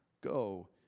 Go